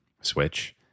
switch